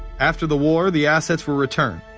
after the war the assets were returned,